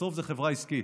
בסוף זה חברה עסקית,